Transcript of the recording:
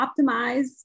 optimize